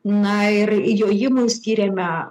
na ir jojimui skyrėme